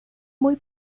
muy